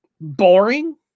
boring